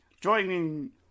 joining